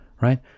right